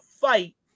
fight